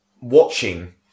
watching